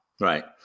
Right